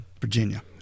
Virginia